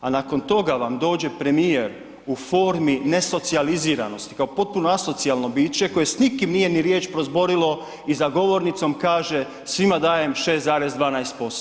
A nakon toga vam dođe premijer u formi ne socijaliziranosti kao potpuno asocijalno biće koje s nikim nije ni riječ prozborilo i za govornicom kaže, svima dajem 6,12%